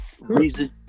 Reason